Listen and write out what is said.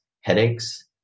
headaches